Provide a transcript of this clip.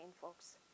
folks